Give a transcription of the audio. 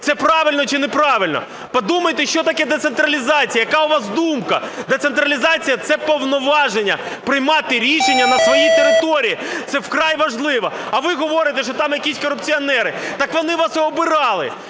це правильно чи неправильно? Подумайте, що таке децентралізація? Яка у вас думка? Децентралізація – це повноваження приймати рішення на своїй території, це вкрай важливо. А ви говорите, що там якісь корупціонери. Так вони вас і обирали,